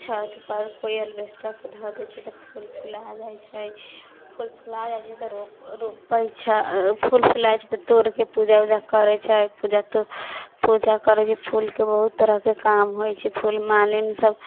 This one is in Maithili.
कोइ छतपर तऽ कोइ अपना अलबेस्टरपर धऽ दै छै तऽ फूल फुला जाइ छै फूल फुला जाइ छै तऽ रोपै छै फूल फुलाइ छै तऽ तोड़के पुजा उजा करै छै पूजा करै छै फूलके तऽ बहुत काम होइ छै फूल मालिन सब